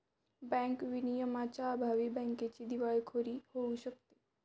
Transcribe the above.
bank विनियमांअभावी बँकेची दिवाळखोरी होऊ शकते